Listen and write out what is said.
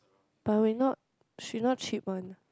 but we not she not cheap one